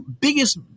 biggest –